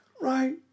Right